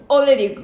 Already